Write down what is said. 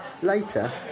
Later